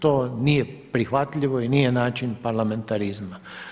To nije prihvatljivo i nije način parlamentarizma.